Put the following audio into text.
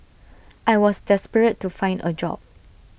I was desperate to find A job